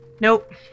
Nope